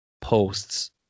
posts